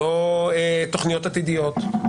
לא תוכניות עתידיות,